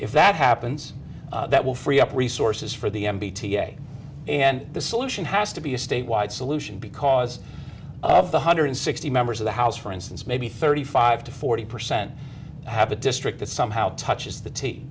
if that happens that will free up resources for the m b t and the solution has to be a statewide solution because of the hundred sixty members of the house for instance maybe thirty five to forty percent have a district that somehow touches the t